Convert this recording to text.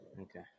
Okay